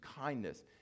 kindness